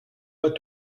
pas